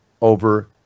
over